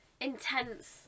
intense